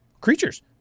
creatures